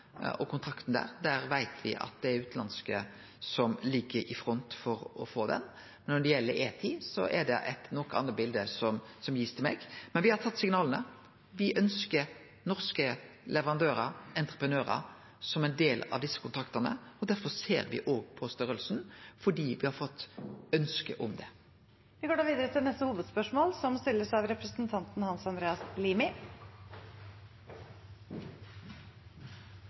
og kontrakten der. Der veit me at det er utanlandske som ligg i front for å få han. Når det gjeld E10, er det eit noko anna bilde som blir gitt til meg. Men me har tatt signala. Me ønskjer norske leverandørar, entreprenørar, som ein del av desse kontraktane. Derfor ser me òg på størrelsen, fordi me har fått ønske om det. Vi går videre til neste